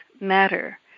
matter